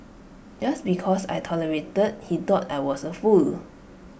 just because I tolerated he thought I was A fool